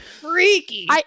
freaky